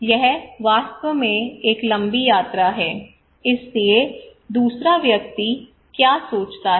यह वास्तव में एक लंबी यात्रा है इसलिए दूसरा व्यक्ति क्या सोचता है